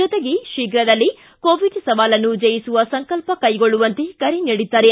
ಜೊತೆಗೆ ಶೀಘ್ರದಲ್ಲೇ ಕೋವಿಡ್ ಸವಾಲನ್ನು ಜಯಿಸುವ ಸಂಕಲ್ಪ ಕೈಗೊಳ್ಳುವಂತೆ ಕರೆ ನೀಡಿದ್ದಾರೆ